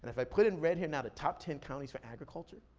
i put in red here now, the top ten counties for agriculture,